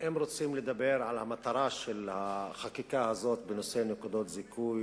אם רוצים לדבר על המטרה של החקיקה הזאת בנושא נקודות זיכוי